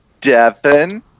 Devin